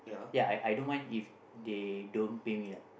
ya I I don't mind if they don't pay me lah